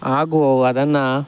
ಹಾಗೂ ಅದನ್ನು